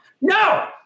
no